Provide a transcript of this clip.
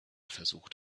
versucht